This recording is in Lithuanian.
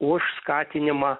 už skatinimą